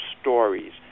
stories